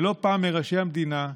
לא פעם מראשי המדינה,